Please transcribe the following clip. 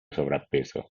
sovrappeso